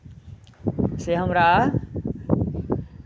से हमरा